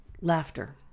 Laughter